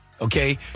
Okay